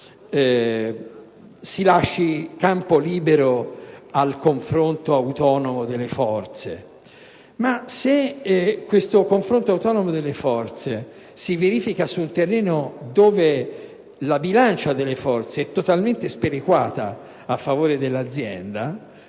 si lasci campo libero al confronto autonomo delle forze. Tuttavia, se ciò si verifica su un terreno dove la bilancia delle forze è totalmente sperequata a favore dell'azienda,